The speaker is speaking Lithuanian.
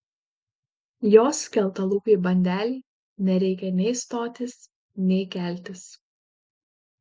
jos skeltalūpei bandelei nereikia nei stotis nei keltis